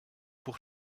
pour